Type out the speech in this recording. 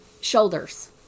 shoulders